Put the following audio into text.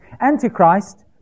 Antichrist